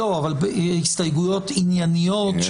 אבל הסתייגויות ענייניות,